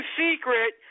secret